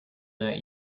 that